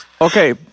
Okay